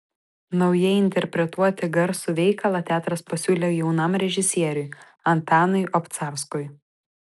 naujai interpretuoti garsų veikalą teatras pasiūlė jaunam režisieriui antanui obcarskui